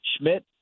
Schmidt